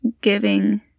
giving